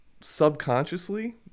subconsciously